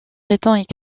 étant